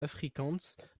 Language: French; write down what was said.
afrikaans